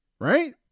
right